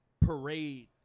parade